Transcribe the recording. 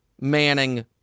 Manning